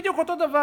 בדיוק אותו דבר.